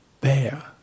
bear